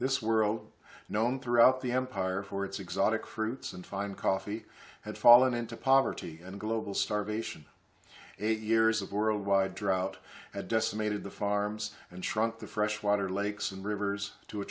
this world known throughout the empire for its exotic fruits and fine coffee had fallen into poverty and global starvation eight years of world wide drought had decimated the farms and shrunk the freshwater lakes and rivers to a